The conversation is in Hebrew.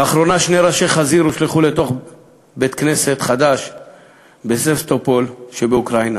לאחרונה שני ראשי חזיר הושלכו לתוך בית-כנסת חדש בסבסטופול שבאוקראינה.